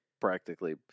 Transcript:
practically